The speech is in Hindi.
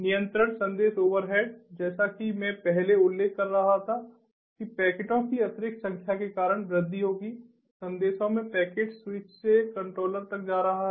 नियंत्रण संदेश ओवरहेड जैसा कि मैं पहले उल्लेख कर रहा था कि पैकेटों की अतिरिक्त संख्या के कारण वृद्धि होगी संदेशों में पैकेट स्विच से कंट्रोलर तक जा रहा है